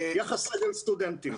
יחס סגל-סטודנטים.